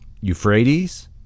Euphrates